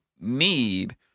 need